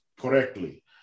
correctly